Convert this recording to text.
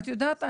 את יודעת,